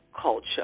culture